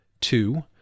two